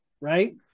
right